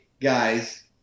guys